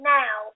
now